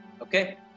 okay